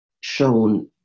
shown